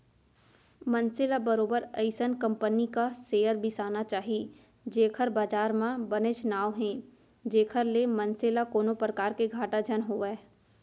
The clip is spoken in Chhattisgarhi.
मनसे ल बरोबर अइसन कंपनी क सेयर बिसाना चाही जेखर बजार म बनेच नांव हे जेखर ले मनसे ल कोनो परकार ले घाटा झन होवय